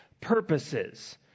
purposes